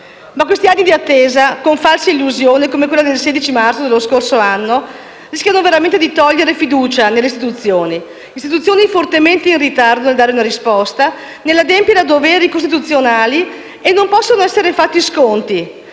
Ma questi anni di attesa, con false illusioni come quella del 16 marzo dello scorso anno, rischiano veramente di togliere fiducia nelle istituzioni, istituzioni fortemente in ritardo nel dare una risposta, nell'adempiere a doveri costituzionali. E non possono essere fatti sconti